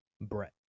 Brett